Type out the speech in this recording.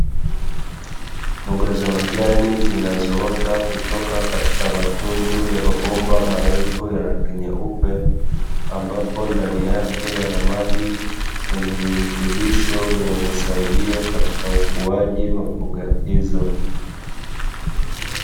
Mboga za majani zinazo ota kutoka katika matundu ya mabomba marefu ya rangi nyeupe ambapo ndani yake yana maji yenye virutubisho vinavyo saidia katika ukuaji wa mboga hizo.